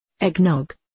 Eggnog